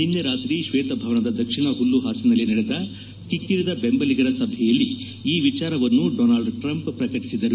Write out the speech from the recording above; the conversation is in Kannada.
ನಿನ್ನೆ ರಾತ್ರಿ ಶ್ವೇತಭವನದ ದಕ್ಷಿಣ ಹುಲ್ಲಹಾಸಿನಲ್ಲಿ ನಡೆದ ಕಿಕ್ಕಿರಿದ ದೆಂಬಲಿಗರ ಸಭೆಯಲ್ಲಿ ಈ ವಿಚಾರವನ್ನು ಡೊನಾಲ್ಡ್ ಟ್ರಂಪ್ ಪ್ರಕಟಿಸಿದರು